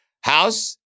House